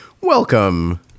welcome